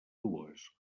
dues